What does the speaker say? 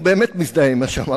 הוא באמת מזדהה עם מה שאמרתי.